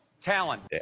Talent